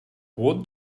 what